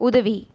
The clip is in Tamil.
உதவி